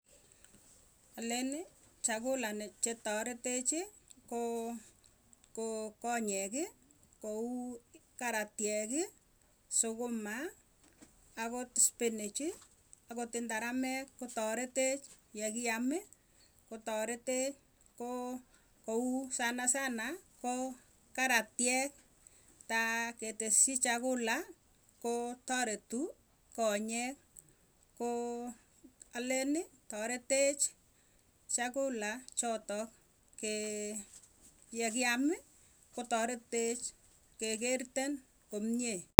Aleni chakula ne chetaretechi koo ko konyeki kou karatieki, sukuma, akot spinach, akot indaramek kotaretech yekiami kotaretee. Koo kou sanasana ko karatiek, taa keteschi chakula koo taretu konyek. Koo aleni taretech chakula chatok kee yekiami kotaretech, kekerten komie.